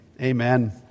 Amen